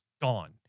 gone